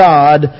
God